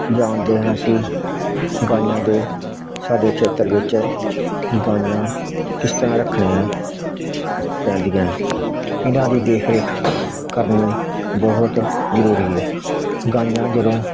ਜਾਣਦੇ ਹਾਂ ਅਸੀਂ ਗਾਈਆਂ ਦੇ ਸਾਡੇ ਖੇਤਰ ਵਿੱਚ ਗਾਈਆਂ ਕਿਸ ਤਰ੍ਹਾਂ ਰੱਖਣੀਆਂ ਪੈਂਦੀਆਂ ਇਹਨਾਂ ਦੀ ਦੇਖ ਰੇਖ ਕਰਨੀ ਬਹੁਤ ਜ਼ਰੂਰੀ ਹੈ ਗਾਈਆਂ ਜਦੋਂ